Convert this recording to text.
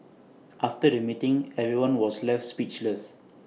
after the meeting everyone was left speechless